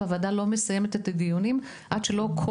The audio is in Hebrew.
והוועדה לא מסיימת את הדיונים עד שלא כל